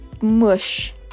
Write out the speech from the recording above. mush